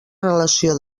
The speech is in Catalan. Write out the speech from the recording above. relació